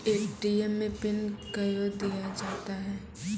ATM मे PIN कयो दिया जाता हैं?